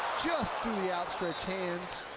just to the outstretched hands